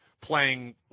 playing